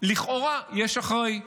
לכאורה יש אחראי,